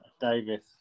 Davis